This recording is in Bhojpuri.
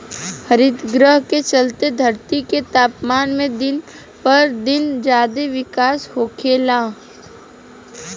हरितगृह के चलते धरती के तापमान में दिन पर दिन ज्यादे बिकास होखेला